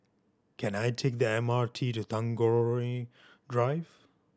can I take the M R T to Tagore Drive